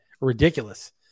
ridiculous